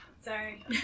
sorry